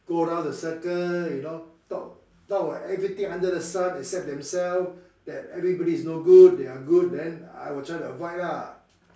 go around the circle you know talk talk about everything under the sun except themselves that everybody is no good they are good then I will try to avoid lah